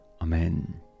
Amen